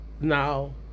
Now